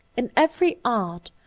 in every art,